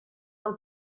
del